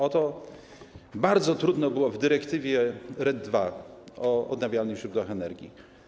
O to bardzo trudno było w dyrektywie RED II o odnawialnych źródłach energii.